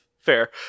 Fair